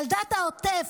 ילדת העוטף,